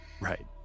Right